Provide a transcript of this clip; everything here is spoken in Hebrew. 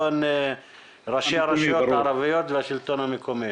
מראשי הרשויות הערביות והשלטון המקומי.